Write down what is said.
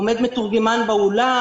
עומד מתורגמן באולם,